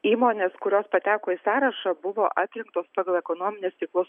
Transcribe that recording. įmonės kurios pateko į sąrašą buvo atrinktos pagal ekonominius ciklus